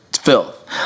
filth